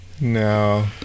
no